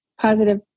positive